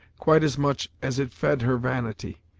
quite as much as it fed her vanity.